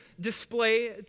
display